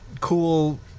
cool